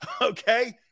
Okay